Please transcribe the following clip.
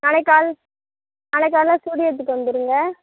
நாளைக்கு கால் நாளைக்கு கால்ல ஸ்டூடியோவுக்கு வந்துருங்க